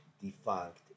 defunct